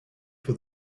for